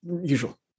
usual